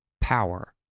power